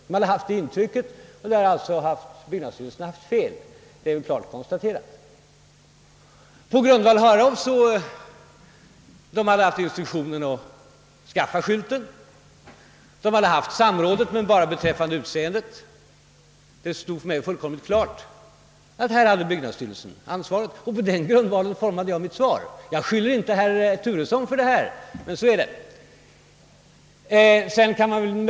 Där har alltså byggnadsstyrelsen haft fel — det är klart konstaterat. De hade haft instruktioner att skaffa skylten, de hade haft samråd men bara beträffande utseendet. Det stod för mig fullkomligt klart att byggnadsstyrelsen här hade ansvaret, och på den grundvalen formade jag mitt svar. Jag skyller inte på herr Turesson för detta, men så är det.